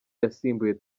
yasimbuye